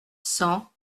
cent